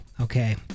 Okay